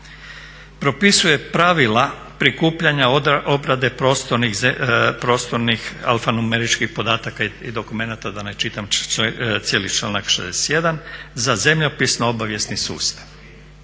propisuje pravila prikupljanja obrade prostornih alfanumeričkih podataka i dokumenata, da ne čitam cijeli članak 61., za zemljopisno obavijesni sustav.